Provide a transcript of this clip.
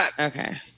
Okay